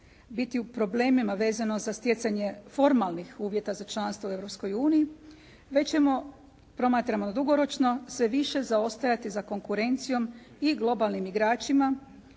biti u problemima vezanih za stjecanje formalnih uvjeta za članstvo u Europskoj uniji, već ćemo promatrano dugoročno, sve više zaostajati za konkurencijom i globalnim igračima,